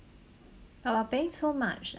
but we are paying so much